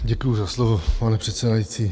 Děkuju za slovo, pane předsedající.